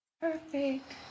Perfect